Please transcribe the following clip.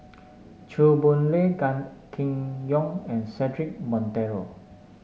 Chew Boon Lay Gan Kim Yong and Cedric Monteiro